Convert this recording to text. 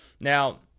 Now